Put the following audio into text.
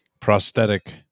prosthetic